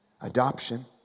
Adoption